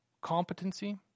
Competency